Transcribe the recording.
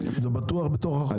זה בטוח בתוך החוק?